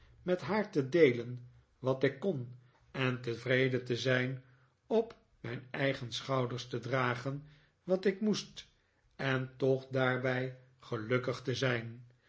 met haar te deelen wat ik kpn en tevreden te zijn op mijn eigen schouders te dragen wat ik moest en toch daarbij gelukkig te zijn